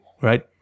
right